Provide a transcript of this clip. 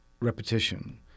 repetition